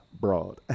broad